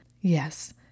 Yes